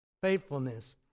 Faithfulness